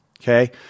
okay